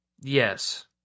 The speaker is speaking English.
Yes